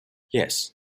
yes